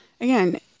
again